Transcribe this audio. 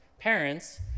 Parents